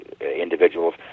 individuals